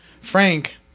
Frank